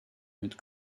mit